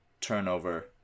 turnover